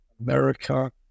America